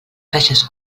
caixes